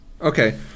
Okay